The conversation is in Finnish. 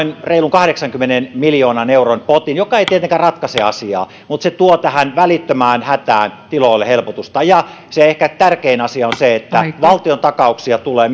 reilun kahdeksankymmenen miljoonan euron potin joka ei tietenkään ratkaise asiaa mutta tuo tähän välittömään hätään tiloille helpotusta ja ehkä tärkein asia on se että myöskin valtiontakauksia tulee